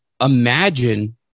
imagine